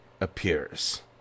appears